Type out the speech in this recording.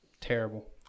terrible